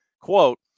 Quote